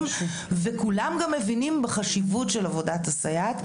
וכולם גם מבינים בחשיבות של עבודת הסייעת.